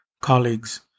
colleagues